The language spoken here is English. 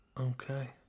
Okay